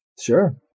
Sure